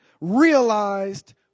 realized